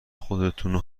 خودتونو